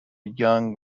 young